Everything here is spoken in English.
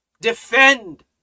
defend